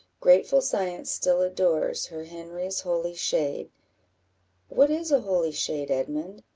grateful science still adores her henry's holy shade what is a holy shade, edmund?